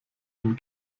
dem